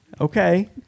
Okay